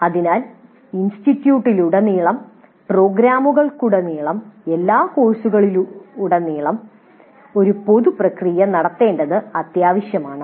അതിനാൽ ഇൻസ്റ്റിറ്റ്യൂട്ടിലുടനീളം പ്രോഗ്രാമുകൾക്കുടനീളം എല്ലാ കോഴ്സുകളിലുടനീളം ഒരു പൊതു പ്രക്രിയ നടത്തേണ്ടത് അത്യാവശ്യമാണ്